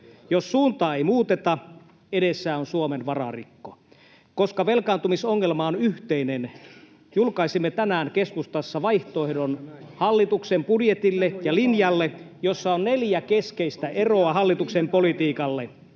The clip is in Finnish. Jos suuntaa ei muuteta, edessä on Suomen vararikko. Koska velkaantumisongelma on yhteinen, julkaisimme tänään keskustassa vaihtoehdon hallituksen budjetille ja linjalle, ja siinä on neljä keskeistä eroa hallituksen politiikalle: